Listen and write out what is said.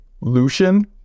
Lucian